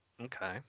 okay